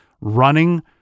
running